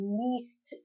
least